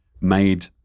made